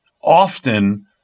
often